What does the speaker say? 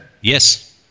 Yes